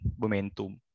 momentum